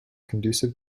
conducive